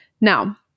Now